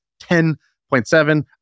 10.7